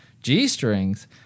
G-strings